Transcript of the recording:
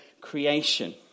creation